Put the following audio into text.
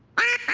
i